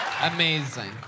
Amazing